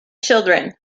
children